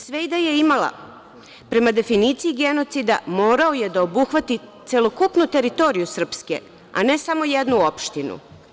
Sve i da je imala, prema definiciji genocida, morao je da obuhvati celokupnu teritoriju Srpske, a ne samo jednu opštinu.